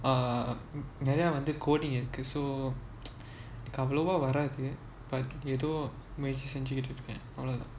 ah நிறைய வந்து:niraya vanthu coding இருக்கு:iruku so அவ்ளோவா வராது:avlovaa varaathu but ஏதோ முயற்சி செஞ்சிட்டு இருக்கேன் அவ்ளோ தான்:yetho muyatchi senjitu iruken avlo thaan